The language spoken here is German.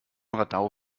radau